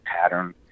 pattern